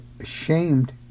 ashamed